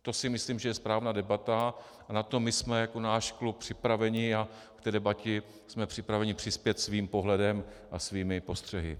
To si myslím, že je správná debata, a na to my jsme jako náš klub připraveni a k té debatě jsme připraveni přispět svým pohledem a svými postřehy.